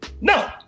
No